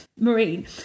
marine